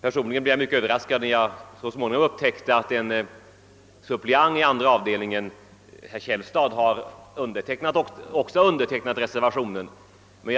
Personligen blev jag mycket överraskad när jag så småningom upptäckte att en suppleant i andra avdelningen, herr Källstad, också hade undertecknat reservationen.